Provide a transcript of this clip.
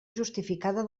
justificada